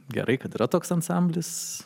gerai kad yra toks ansamblis